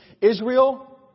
Israel